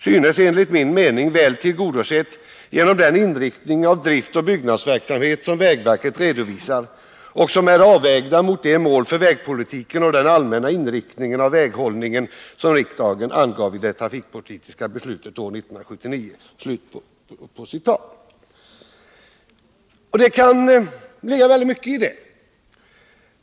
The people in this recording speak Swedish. synes enligt min mening väl tillgodosedda genom den inriktning av drift och byggnadsverksamheten som vägverket redovisar och som är avvägda mot de mål för vägpolitiken och den allmänna inriktningen av väghållningen som riksdagen angav i det trafikpolitiska beslutet år 1979.” Det kan ligga väldigt mycket i detta.